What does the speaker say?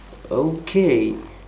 okay